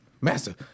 master